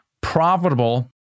profitable